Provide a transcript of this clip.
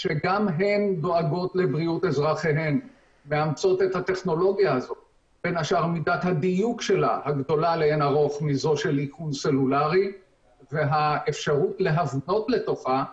וגם לחשוב איך מעלים את הנכונות של האנשים לשתף פעולה עם אותו הבידוד.